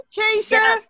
Chaser